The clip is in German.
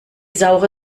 saure